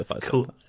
cool